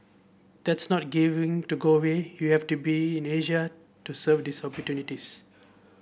that's not giving to go away you have to be in Asia to serve these opportunities